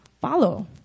follow